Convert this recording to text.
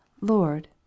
Lord